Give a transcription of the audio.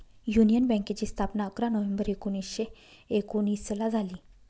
union बँकेची स्थापना अकरा नोव्हेंबर एकोणीसशे एकोनिसला झाली